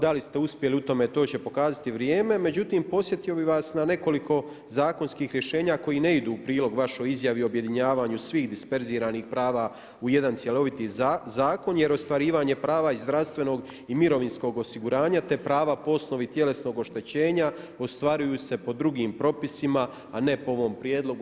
Da li ste uspjeli u tome, to će pokazati vrijeme, međutim, podsjetio bi vas na nekoliko zakonskih rješenja, koje ne idu u prilog vašoj izjavi o objedinjavanju svih disperziranih prava u jedan cjeloviti zakon, jer ostvarivanja sprava iz zdravstvenog i mirovinskog osiguranja, te prava po osnovi tjelesnog oštećenja, ostvaruju se po drugim propisima, a ne po ovom prijedlogu.